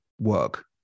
work